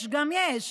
יש גם יש,